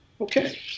okay